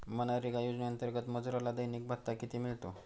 मनरेगा योजनेअंतर्गत मजुराला दैनिक भत्ता किती मिळतो?